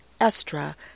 Estra